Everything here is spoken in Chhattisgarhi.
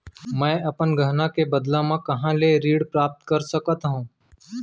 मै अपन गहना के बदला मा कहाँ ले ऋण प्राप्त कर सकत हव?